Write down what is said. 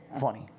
funny